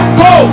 go